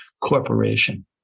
corporation